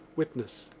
witness.